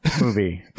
movie